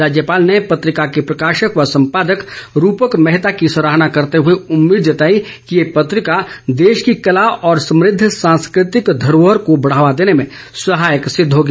राज्यपाल ने पत्रिका के प्रकाशक व सम्पादक रूपक मेहता की सराहना करते हुए उम्मीद जताई कि ये पत्रिका देश की कला और समुद्द सांस्कृतिक धरोहर को बढ़ावा देने में सहायक सिद्ध होगी